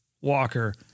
Walker